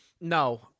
No